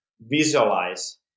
visualize